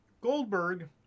Goldberg